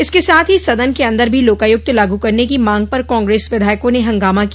इसके साथ ही सदन के अंदर भी लोकायुक्त लागू करने की मांग पर कांग्रेस विधायकों ने हंगामा किया